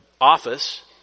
office